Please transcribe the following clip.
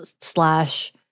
slash